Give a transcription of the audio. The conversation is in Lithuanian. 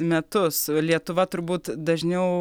metus lietuva turbūt dažniau